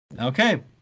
Okay